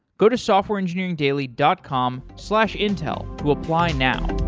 go to softwareengineeringdaily dot com slash intel to apply now.